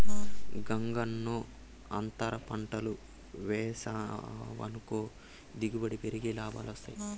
గంగన్నో, అంతర పంటలు వేసావనుకో దిగుబడి పెరిగి లాభాలొస్తాయి